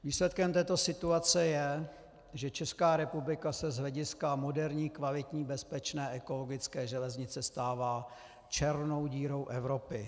Výsledkem této situace je, že Česká republika se z hlediska moderní, kvalitní, bezpečné, ekologické železnice stává černou dírou Evropy.